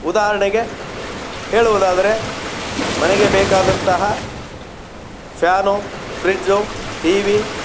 ಉದಾಹರಣೆಗೆ ಹೇಳುವುದಾದರೆ ಮನೆಗೆ ಬೇಕಾದಂತಹ ಫ್ಯಾನು ಫ್ರಿಡ್ಜು ಟಿ ವಿ